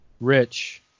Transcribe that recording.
Rich